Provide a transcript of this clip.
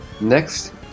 Next